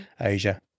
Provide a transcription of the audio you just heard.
Asia